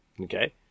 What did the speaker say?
Okay